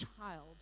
child